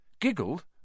giggled